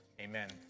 Amen